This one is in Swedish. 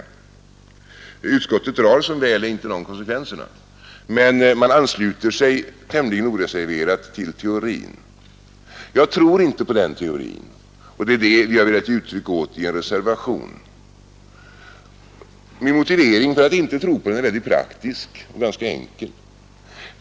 Utskottet drar som väl är inte den konsekvensen, men man ansluter sig tämligen oreserverat till teorin. Vi tror inte på den teorin, och det är det vi har velat ge uttryck åt i en reservation. Min motivering för att inte tro på teorin är mycket praktisk och ganska enkel.